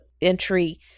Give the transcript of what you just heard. entry